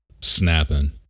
snapping